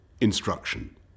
instruction